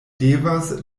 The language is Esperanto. devas